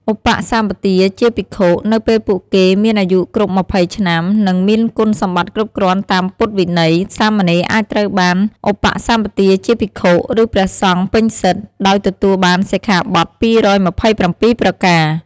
ឧបសម្បទាជាភិក្ខុ នៅពេលពួកគេមានអាយុគ្រប់ ២០ ឆ្នាំ និងមានគុណសម្បត្តិគ្រប់គ្រាន់តាមពុទ្ធវិន័យ សាមណេរអាចត្រូវបាន ឧបសម្បទាជាភិក្ខុ ឬព្រះសង្ឃពេញសិទ្ធិ ដោយទទួលបានសិក្ខាបទ ២២៧ ប្រការ។